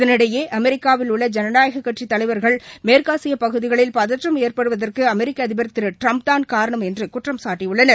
இதனிடையே அமெரிக்காவில் உள்ள ஜனநாயகக் கட்சித் தலைவர்கள் மேற்காசிய பகுதிகளில் பதற்றம் ஏற்படுவதற்கு அமெிக்க அதிபர் திரு ட்டரம்ப் தான் காரணம் என்று குற்றம்சாட்டியுள்ளனர்